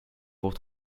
pour